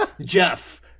Jeff